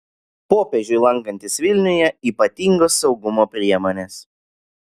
popiežiui lankantis vilniuje ypatingos saugumo priemonės